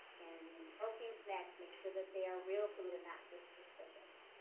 and protein snacks, make sure that they are real food and not just those the shakes.